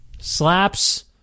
Slaps